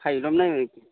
খাহী ল'ম নে কি